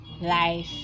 life